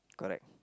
correct